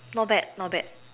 not bad not bad